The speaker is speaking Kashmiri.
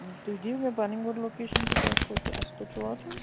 تُہۍ دِیو مےٚ پَنٕنۍ گۄڈٕ لوکیشَن کہِ تۄہہِ کوٚت اَسہِ کوٚت چھُو واتُن